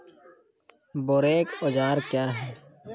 बोरेक औजार क्या हैं?